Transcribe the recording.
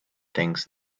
thinks